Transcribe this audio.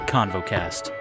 ConvoCast